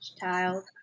child